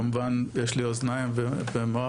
כמובן יש לי אוזניים ומוח,